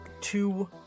two